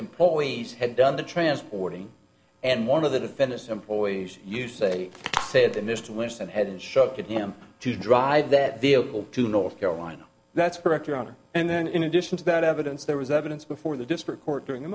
employees had done the transporting and one of the defendants employees you say said in this twisted head and showed him to drive that vehicle to north carolina that's correct your honor and then in addition to that evidence there was evidence before the district court during the